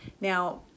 Now